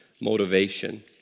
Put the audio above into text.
motivation